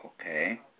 Okay